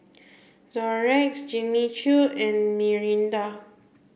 Xorex Jimmy Choo and Mirinda